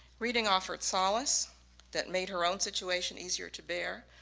reading offered solace that made her own situation easier to bear,